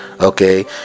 okay